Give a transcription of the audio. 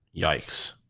yikes